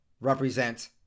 represent